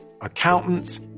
accountants